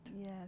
Yes